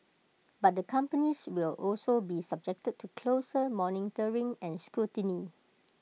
but the companies will also be subjected to closer monitoring and scrutiny